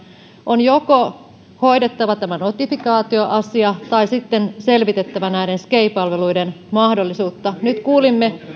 on joko hoidettava tämä notifikaatioasia tai sitten selvitettävä näiden sgei palveluiden mahdollisuutta nyt kuulimme